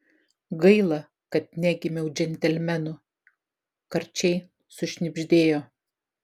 gaila kad negimiau džentelmenu karčiai sušnibždėjo